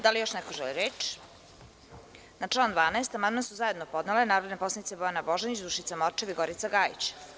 Da li još neko želi reč? (Ne.) Na član 12. amandman su zajedno podnele narodne poslanice Bojana Božanić, Dušica Morčev i Gorica Gajić.